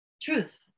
truth